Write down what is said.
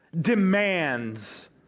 demands